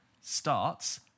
starts